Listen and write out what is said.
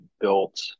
built